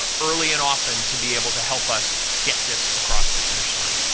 ah early and often to be able to help us get this across the finish line.